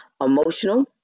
emotional